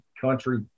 country